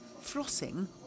flossing